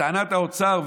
לטענת האוצר,